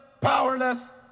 Powerless